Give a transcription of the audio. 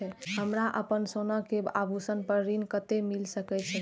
हमरा अपन सोना के आभूषण पर ऋण कते मिल सके छे?